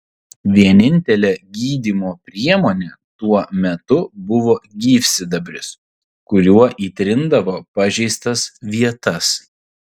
vienintelė gydymo priemonė tuo metu buvo gyvsidabris kuriuo įtrindavo pažeistas vietas